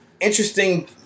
Interesting